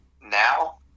Now